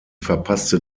verpasste